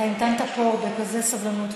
המתנת פה הרבה ובסבלנות,